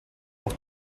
pour